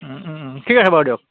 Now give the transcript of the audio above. ঠিক আছে বাৰু দিয়ক